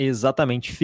Exatamente